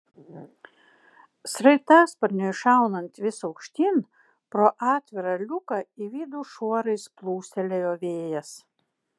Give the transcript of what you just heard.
sraigtasparniui šaunant vis aukštyn pro atvirą liuką į vidų šuorais plūstelėjo vėjas